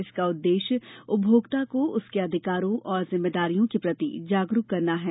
इसका उद्देश्य उपभोक्ता को उसके अधिकारों और जिम्मेदारियों के प्रति जागरूक करना है